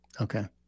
okay